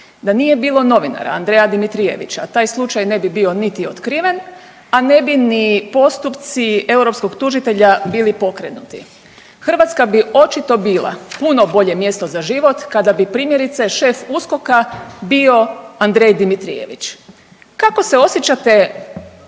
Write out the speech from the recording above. Da nije bilo novinara Andreja Dimitrijevića, taj slučaj ne bi bio niti otkriven, a ne bi ni postupci europskog tužitelja bili pokrenuti. Hrvatska bi očito bila puno bolje mjesto za život kada bi, primjerice, šef USKOK bio Andrej Dimitrijević. Kako se osjećate